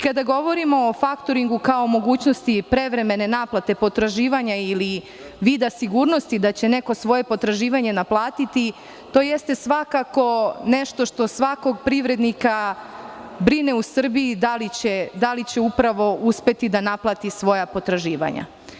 Kada govorimo o faktoringu kao mogućnosti prevremene naplate potraživanja ili vida sigurnosti da će neko svoje potraživanje naplatiti, jeste svakako nešto što svakog privrednika brine u Srbiji, da li će upravo uspeti da naplati svoja potraživanja.